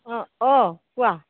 অঁ অঁ কোৱা